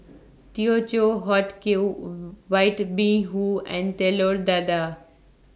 Teochew Huat Kueh White Bee Hoon and Telur Dadah